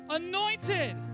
anointed